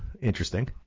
Interesting